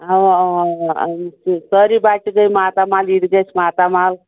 اَوا اَوا اَوا أمِس چھِ سٲرِی بَچہِ گٔے ماتامال یہِ تہِ گَژھِ ماتامال